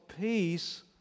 Peace